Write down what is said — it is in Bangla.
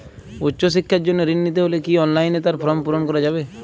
উচ্চশিক্ষার জন্য ঋণ নিতে হলে কি অনলাইনে তার ফর্ম পূরণ করা যাবে?